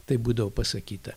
taip būdavo pasakyta